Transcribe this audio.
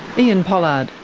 ean pollard.